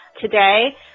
today